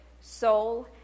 soul